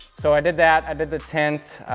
so i did that, i did the tint.